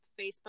Facebook